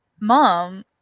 mom